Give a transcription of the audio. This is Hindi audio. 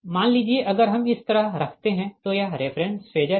मान लीजिए अगर हम इस तरह रखते है तो यह रेफ़रेंस फेजर है